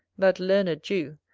that learned jew,